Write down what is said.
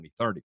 2030